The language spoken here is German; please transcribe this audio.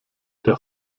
der